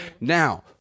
now